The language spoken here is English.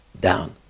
down